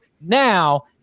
now